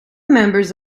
members